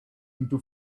into